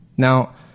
Now